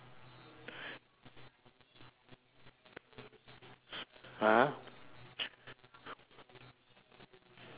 (uh huh)